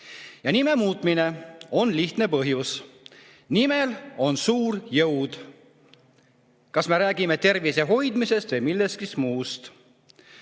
Nime muutmisel on lihtne põhjus: nimel on suur jõud. Kas me räägime tervise hoidmisest või millestki muust?